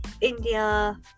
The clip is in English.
India